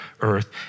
earth